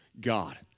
God